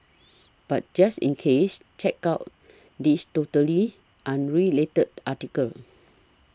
but just in case check out this totally unrelated article